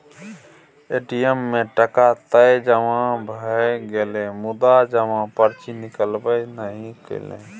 ATM मे टका तए जमा भए गेलै मुदा जमा पर्ची निकलबै नहि कएलै